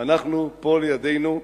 ואנחנו, פה לידינו,